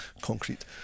concrete